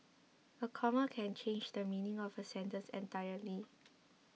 a comma can change the meaning of a sentence entirely